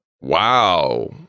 Wow